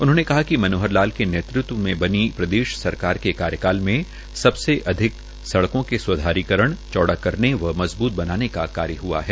उन्होंने कहा कि मनोहर लाल के नेतृत्व में बनी प्रदेश सरकार के कार्यकाल मे सबसे अधिक सड़कों के स्धारीकरण चौड़ा करने व मजबूत बनाने का कार्य ह्आ है